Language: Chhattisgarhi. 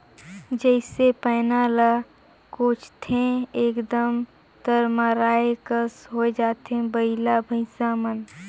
जइसे पैना ल कोचथे एकदम तरमराए कस होए जाथे बइला भइसा मन